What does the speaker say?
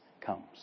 comes